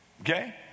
Okay